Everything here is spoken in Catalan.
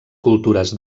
cultures